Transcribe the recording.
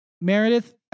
Meredith